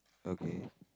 okay